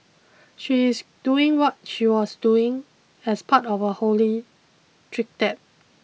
she is doing what she was doing as part of a holy